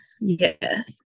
yes